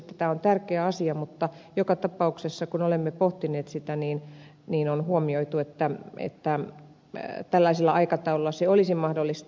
tämä on tärkeä asia mutta joka tapauksessa kun olemme pohtineet sitä niin on huomattu että tällaisella aikataululla se olisi mahdollista